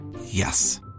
Yes